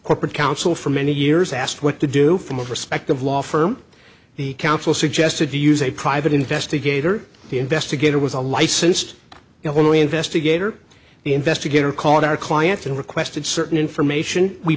corporate counsel for many years asked what to do from a prospective law firm the counsel suggested to use a private investigator the investigator was a licensed only investigator the investigator called our client and requested certain information we